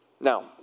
Now